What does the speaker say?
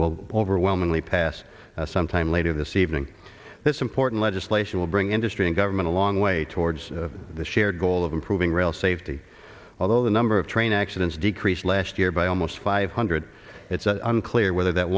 will overwhelmingly pass sometime later this evening this important legislation will bring industry and government long way towards the shared goal of improving rail safety although the number of train accidents decreased last year by almost five hundred it's unclear whether that